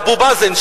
אבו מאזן,